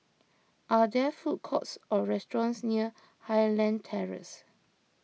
are there food courts or restaurants near Highland Terrace